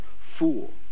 fool